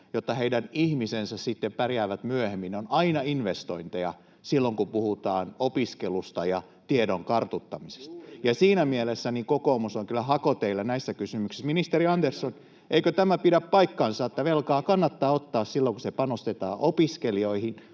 jotta heidän ihmisensä sitten pärjäävät myöhemmin. Ne ovat aina investointeja silloin, kun puhutaan opiskelusta ja tiedon kartuttamisesta, ja siinä mielessä kokoomus on kyllä hakoteillä näissä kysymyksissä. Ministeri Andersson: eikö pidä paikkansa, että velkaa kannattaa ottaa silloin, kun sillä panostetaan opiskelijoihin,